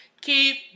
keep